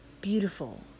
Beautiful